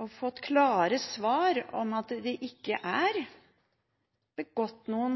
og fått klare svar om at det ikke er begått noen